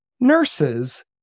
nurses